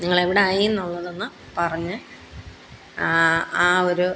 നിങ്ങളെവിടായി എന്നുള്ളതൊന്ന് പറഞ്ഞ് ആ ഒരു